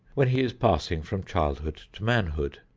when he is passing from childhood to manhood.